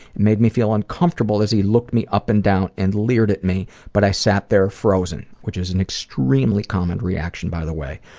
made me feel uncomfortable as he looked me up and down and leered at me but i sat there frozen. which is an extremely common reaction by the way.